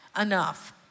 enough